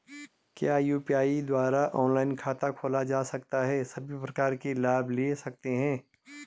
क्या यु.पी.आई द्वारा ऑनलाइन खाता खोला जा सकता है सभी प्रकार के लाभ ले सकते हैं?